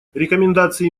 рекомендации